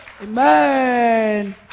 amen